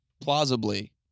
plausibly